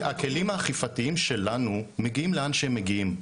הכלים האכיפתיים שלנו מגיעים לאן שמגיעים,